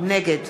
נגד